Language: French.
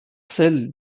celle